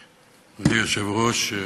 היושב-ראש,